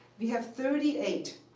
we have thirty eight